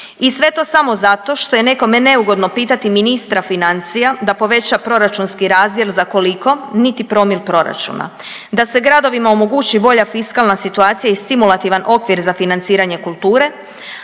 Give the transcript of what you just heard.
I sve to samo zato što je nekome neugodno pitati ministra financija da poveća proračunski razdjel za koliko, niti promil proračuna, da se gradovima omogući bolja fiskalna situacija i stimulativan okvir za financiranje kulture,